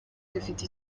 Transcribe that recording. dufite